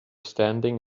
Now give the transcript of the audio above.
standing